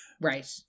right